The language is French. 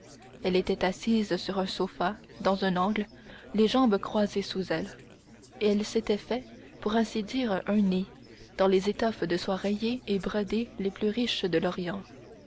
elle était assise sur un sofa dans un angle les jambes croisées sous elle et s'était fait pour ainsi dire un nid dans les étoffes de soie rayées et brodées les plus riches de l'orient